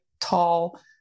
tall